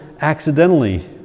accidentally